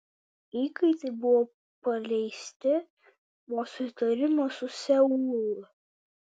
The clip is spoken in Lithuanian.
įkaitai buvo paleisti po susitarimo su seulu